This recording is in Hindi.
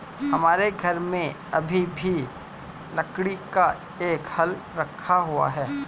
हमारे घर में अभी भी लकड़ी का एक हल रखा हुआ है